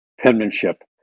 Penmanship